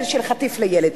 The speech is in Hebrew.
זה חטיף לילד.